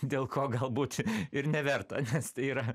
dėl ko galbūt ir neverta nes tai yra